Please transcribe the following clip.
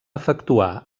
efectuar